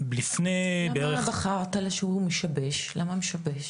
לפני --- למה בחרת לומר שהוא משבש, למה משבש?